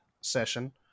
session